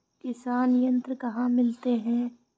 किसान यंत्र कहाँ मिलते हैं?